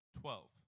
twelve